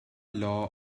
law